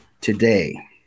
today